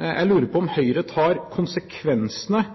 Jeg lurer på om Høyre tar konsekvensene